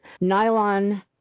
nylon